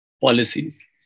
policies